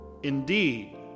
Indeed